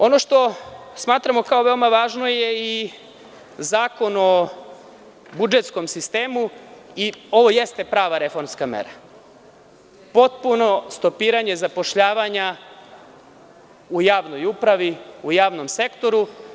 Ono što smatramo kao veoma važno je i Zakon o budžetskom sistemu i ovo jeste prava reformska mera, potpuno stopiranje zapošljavanja u javnoj upravi, u javnom sektoru.